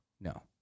No